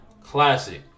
classic